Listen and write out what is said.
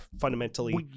fundamentally